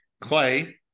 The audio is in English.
Clay